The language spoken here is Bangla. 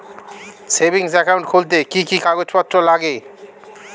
সেভিংস একাউন্ট খুলতে কি কি কাগজপত্র লাগে?